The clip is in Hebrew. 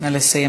נא לסיים,